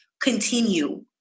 continue